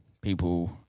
people